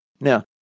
Now